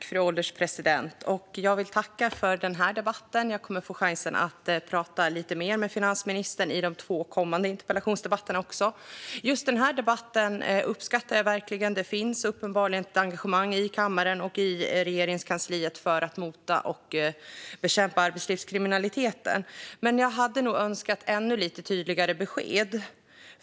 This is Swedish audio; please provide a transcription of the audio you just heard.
Fru ålderspresident! Jag vill tacka för den här debatten, som jag verkligen uppskattar. Jag kommer också att få chansen att prata lite mer med finansministern i de två kommande interpellationsdebatterna. Det finns uppenbarligen ett engagemang i kammaren och i Regeringskansliet för att mota och bekämpa arbetslivskriminaliteten. Men jag hade nog önskat ännu lite tydligare besked.